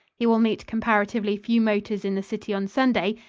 he will meet comparatively few motors in the city on sunday,